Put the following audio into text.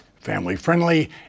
family-friendly